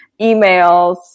emails